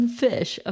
fish